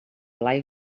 blai